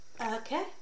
Okay